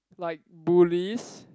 like bullies